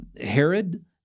Herod